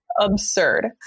absurd